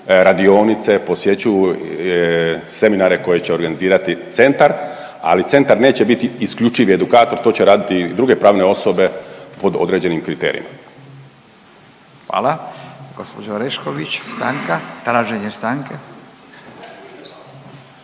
radionice, posjećuju seminare koje će organizirati centar, ali centar neće biti isključivi edukator, to će raditi i druge pravne osobe pod određenim kriterijima.